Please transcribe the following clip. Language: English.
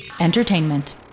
Entertainment